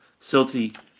silty